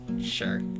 Sure